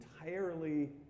entirely